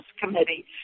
Committee